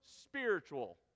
spiritual